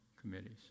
committees